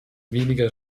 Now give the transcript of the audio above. weniger